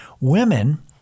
women